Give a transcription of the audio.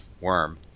worm